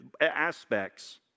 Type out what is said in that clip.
aspects